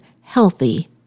healthy